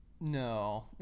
no